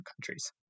countries